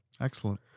Excellent